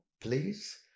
please